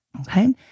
Okay